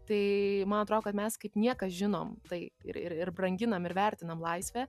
tai man atrodo kad mes kaip niekas žinom tai ir ir ir branginam ir vertinam laisvę